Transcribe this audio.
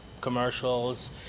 commercials